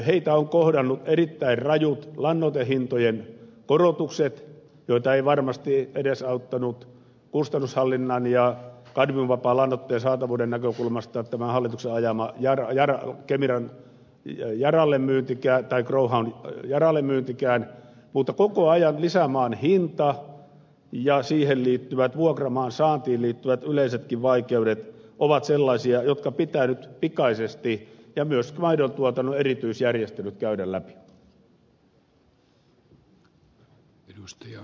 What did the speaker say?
heitä ovat kohdanneet erittäin rajut lannoitehintojen korotukset joita ei varmasti edesauttanut kustannushallinnan ja kadmiumvapaan lannoitteen saatavuuden näkökulmasta tämä hallituksen ajama ja rajana on kemiran tiheä ja rallin myytit kemira growhow n yaralle myyntikään mutta koko ajan lisämaan hintaan ja vuokramaan saantiin liittyvät yleisetkin vaikeudet ja maidontuotannon erityisjärjestelyt ovat sellaisia jotka pitää nyt pikaisesti ja myös maidon tuotannon erityisjärjestöt käydä läpi